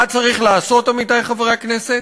מה צריך לעשות, עמיתי חברי הכנסת?